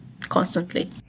constantly